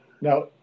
Now